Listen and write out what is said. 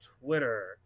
Twitter